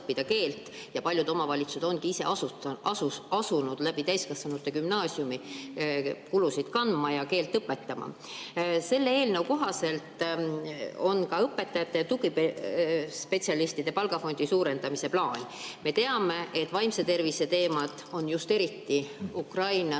õppida keelt ja paljud omavalitsused ongi ise asunud täiskasvanute gümnaasiumi kaudu kulusid kandma ja keelt õpetama. Selle eelnõu kohaselt on ka õpetajate ja tugispetsialistide palgafondi suurendamise plaan. Me teame, et vaimse tervise teemad on just eriti Ukraina